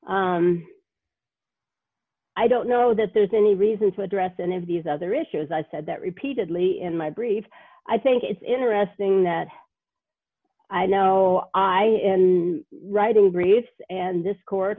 reason i don't know that there's any reason to address and if these other issues i said that repeatedly in my brief i think it's interesting that i know i and writing briefs and this court